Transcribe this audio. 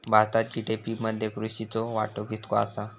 भारतात जी.डी.पी मध्ये कृषीचो वाटो कितको आसा?